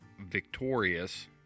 victorious